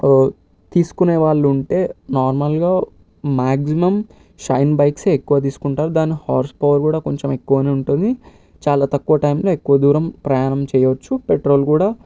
తీసుకునే వాళ్ళు ఉంటే నార్మల్గా మాక్సిమం షైన్ బైక్స్ ఎక్కువ తీసుకుంటారు దాని హార్స్ పవర్ కూడా కొంచెం ఎక్కువనే ఉంటుంది చాలా తక్కువ టైంలో ఎక్కువ దూరం ప్రయాణం చేయవచ్చు పెట్రోల్ కూడా